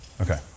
Okay